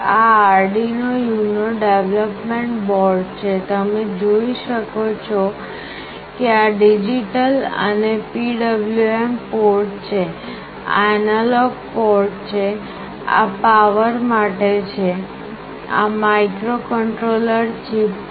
આ Arduino UNO development board છે તમે જોઈ શકો છો કે આ ડિજિટલ અને PWM પોર્ટ છે આ એનાલોગ પોર્ટ છે આ પાવર માટે છે આ માઇક્રોકન્ટ્રોલર ચિપ છે